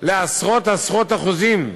לעשרות-עשרות אחוזים.